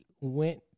went